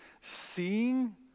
seeing